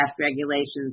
regulations